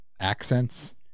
Accents